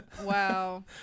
Wow